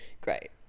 Great